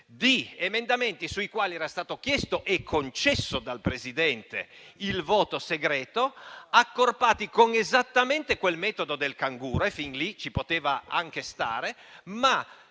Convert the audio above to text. emendamenti sui quali era stato chiesto e concesso dal Presidente il voto segreto, accorpati esattamente con quel metodo del canguro (fin lì ci poteva anche stare), ma